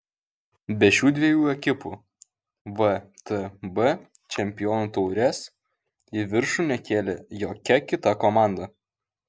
be šių dviejų ekipų vtb čempionų taurės į viršų nekėlė jokia kita komanda